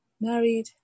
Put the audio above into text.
married